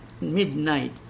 midnight